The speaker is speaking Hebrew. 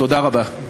תודה רבה.